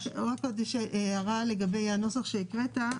עוד הערה לגבי הנוסח שהקראת,